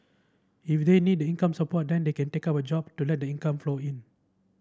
if they need income support then they can take up a job to let the income flow in